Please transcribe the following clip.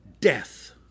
death